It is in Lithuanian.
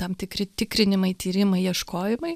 tam tikri tikrinimai tyrimai ieškojimai